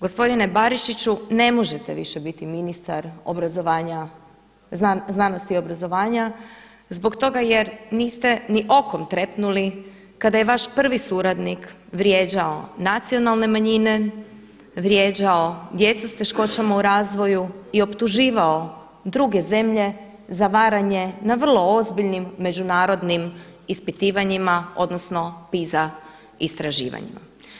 Gospodine Barišiću, ne možete više biti ministar znanosti i obrazovanja zbog toga jer niste ni okom trepnuli kada je vaš prvi suradnik vrijeđao nacionalne manjine, vrijeđao djecu s teškoćama u razvoju i optuživao druge zemlje za varanje na vrlo ozbiljnim međunarodnim ispitivanjima odnosno piza istraživanjima.